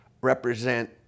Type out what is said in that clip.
represent